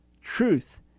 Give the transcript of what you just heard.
truth